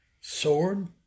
Sword